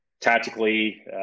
tactically